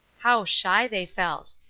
how shy they felt!